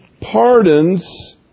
pardons